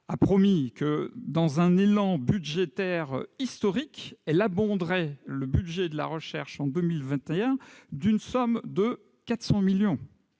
a promis que, dans un élan budgétaire historique, elle abonderait le budget de la recherche en 2021 d'une somme de 400 millions